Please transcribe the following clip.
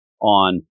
on